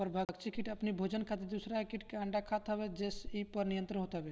परभक्षी किट अपनी भोजन खातिर दूसरा किट के अंडा खात हवे जेसे इ पर नियंत्रण होत हवे